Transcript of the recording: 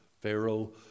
Pharaoh